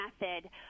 method